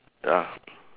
ya